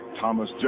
Thomas